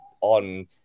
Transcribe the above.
ON